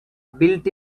built